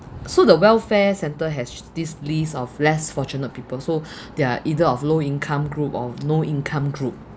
so the welfare centre has this list of less fortunate people so they're either of low income group or no income group